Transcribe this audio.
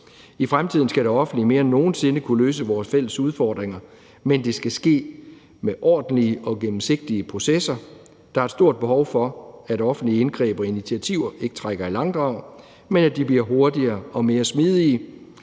I fremtiden skal det offentlige mere nogen sinde før kunne løse vores fælles udfordringer, men det skal ske med ordentlige og gennemsigtige processer. Der er et stort behov for, at offentlige indgreb og initiativer ikke trækker i langdrag, men at de bliver hurtigere og mere smidige,